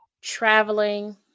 traveling